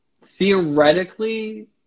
theoretically